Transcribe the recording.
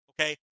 Okay